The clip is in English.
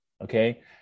Okay